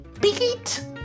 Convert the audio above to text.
beat